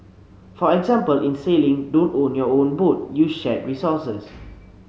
for example in sailing don't own your own boat use shared resources